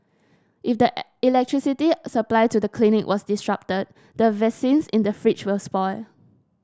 if the electricity supply to the clinic was disrupted the vaccines in the fridge would spoil